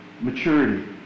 maturity